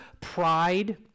pride